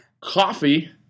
coffee